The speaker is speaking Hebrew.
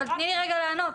אבל תני לי רגע לענות,